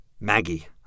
Maggie